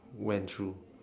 went through